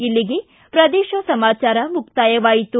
ಇಲ್ಲಿಗೆ ಪ್ರದೇಶ ಸಮಾಚಾರ ಮುಕ್ತಾಯವಾಯಿತು